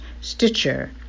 Stitcher